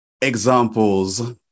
examples